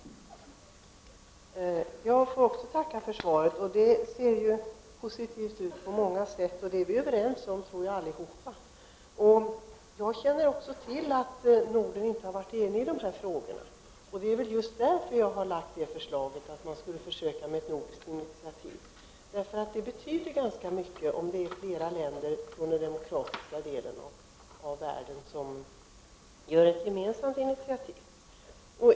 Fru talman! Jag vill också tacka för svaret. Det ser positivt ut på många sätt, och jag tror att vi allihop är överens om vad som sägs där. Jag känner också till att Norden inte har varit enigt i dessa frågor. Det är just därför jag har föreslagit att man skulle försöka med ett nordiskt initiativ. Det betyder ganska mycket om flera länder från den demokratiska delen av världen tar ett gemensamt initiativ.